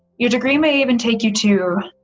your degree may even take you to